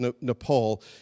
Nepal